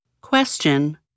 Question